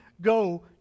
go